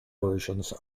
versions